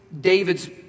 David's